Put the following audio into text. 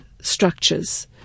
structures